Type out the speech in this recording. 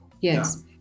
Yes